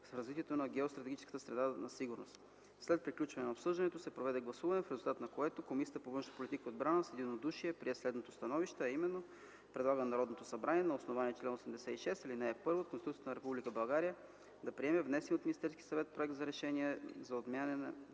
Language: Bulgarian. в развитието на геостратегическата среда на сигурност”. След приключването на обсъждането се проведе гласуване, в резултат на което Комисията по външна политика и отбрана с единодушие прие следното становище: Предлага на Народното събрание, на основание чл. 86, ал. 1 от Конституцията на Република България, да приеме внесения от Министерския съвет Проект за решение за отменяне на